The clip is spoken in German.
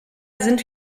sind